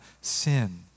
sin